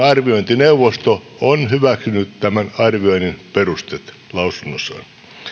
arviointineuvosto on hyväksynyt tämän arvioinnin perusteet lausunnossaan